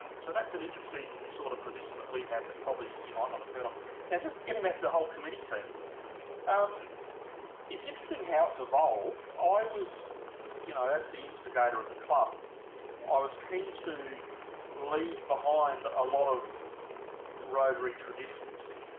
so that's an interesting sort of position that we have but probably you might not have heard now and just getting back to the whole committee thing um it's it's thing how its evolved i was you know that's the instigator of the club i was keen to leave behind a lot of roberry traditions